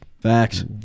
Facts